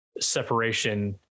separation